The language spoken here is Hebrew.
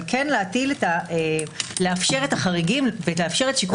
אבל לאפשר את החריגים ואת שיקול הדעת לבית